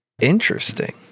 Interesting